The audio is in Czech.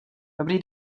dobrý